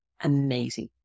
amazing